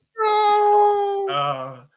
no